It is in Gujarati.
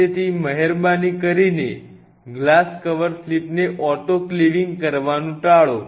તેથી મહેરબાની કરીને ગ્લાસ કવર સ્લિપને ઓટોક્લેવિંગ કરવાનું ટાળો